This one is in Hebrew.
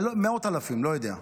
מאות אלפים, לא יודע.